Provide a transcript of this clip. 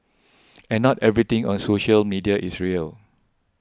and not everything on social media is real